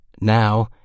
Now